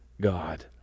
God